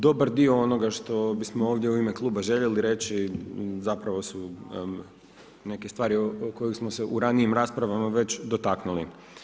Dobar dio onoga što bismo ovdje u ime kluba željeli reći, zapravo su neke stvari kojeg smo se u ranijim raspravama dotaknuli.